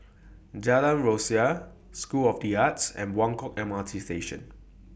Jalan Rasok School of The Arts and Buangkok M R T Station